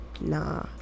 Nah